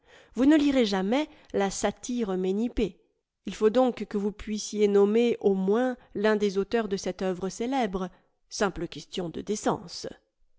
vous ne lirez jamais la satire ménippée il faut donc que vous puissiez nommer au moins tun des auteurs de cette œuvre célèbre simple question de décence